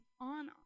on